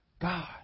God